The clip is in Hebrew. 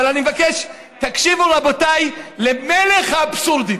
אבל אני מבקש, תקשיבו, רבותיי, למלך האבסורדים.